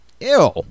Ew